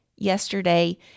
Yesterday